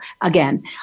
again